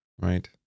right